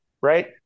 right